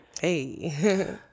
hey